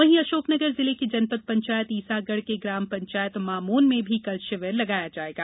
वहीं अशोकनगर जिले की जनपद पंचायत ईसागढ के ग्राम पंचायत मामोन में भी कल शिविर आयोजित होगा